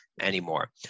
anymore